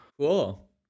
cool